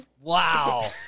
Wow